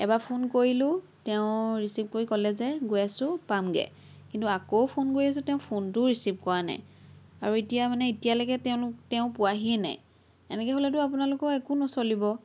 এবাৰ ফোন কৰিলোঁ তেওঁ ৰিচিভ কৰি ক'লে যে গৈ আছোঁ পামগৈ কিন্তু আকৌ ফোন কৰি আছোঁ তেওঁ ফোনটোও ৰিচিভ কৰা নাই আৰু এতিয়া মানে এতিয়ালৈকে তেওঁনো তেওঁ পোৱাহিয়েই নাই এনেকৈ হ'লেতো আপোনালোকৰ একো নচলিব